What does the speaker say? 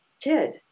kid